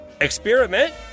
Experiment